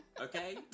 Okay